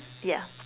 yeah